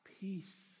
Peace